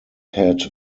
had